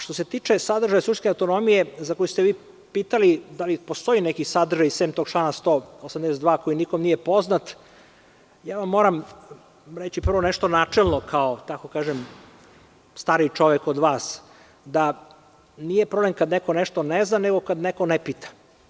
Što se tiče sadržaja suštinske autonomije za koju ste vi pitali da li postoji neki sadržaj sem tog člana 182. koji nikom nije poznat, moram vam reći prvo nešto načelno, da tako kažem, stariji čovek od vas, da nije problem kada neko nešto ne zna, nego kada neko ne pita.